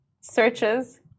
Searches